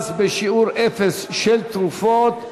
מס בשיעור אפס על תרופות),